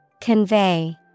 Convey